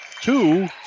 two